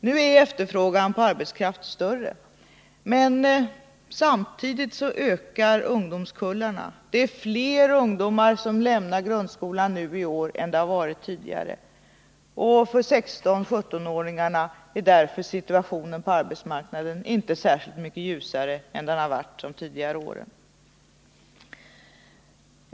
Nu är efterfrågan på arbetskraft större, men samtidigt ökar ungdomskullarna. Fler ungdomar lämnar grundskolan i år än tidigare. Och för 16 och 17-åringarna är därför situationen på arbetsmarknaden inte särskilt mycket ljusare än den har varit tidigare.